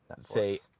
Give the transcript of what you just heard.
say